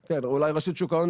אולי רשות שוק ההון,